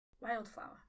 wildflower